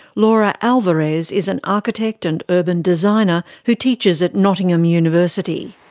laura alvarez is an architect and urban designer who teaches at nottingham university.